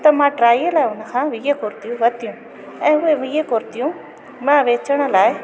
त मां ट्राईअ लाइ उन खां वीह कुर्तियूं वतियूं ऐं उहे वीह कुर्तियूं मां वेचण लाइ